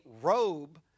robe